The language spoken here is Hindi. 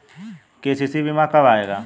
के.सी.सी बीमा कब आएगा?